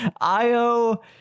Io